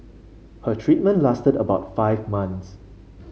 her treatment lasted about five months